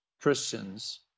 Christians